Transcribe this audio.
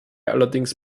allerdings